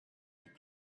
with